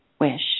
wish